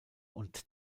und